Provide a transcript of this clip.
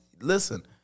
Listen